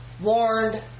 warned